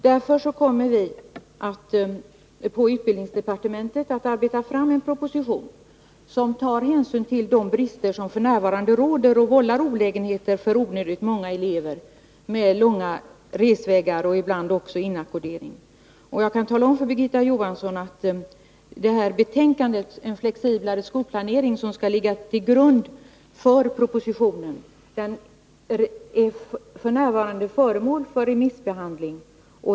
Därför kommer vi på utbildningsdepartementet att arbeta fram en proposition som tar hänsyn till de brister som f. n. råder 17 och vållar onödigt många elever olägenheter i form av långa resvägar och ibland även inackordering. Betänkandet En flexiblare skolplanering, som skall ligga till grund för propositionen, är f. n. föremål för remissbehandling.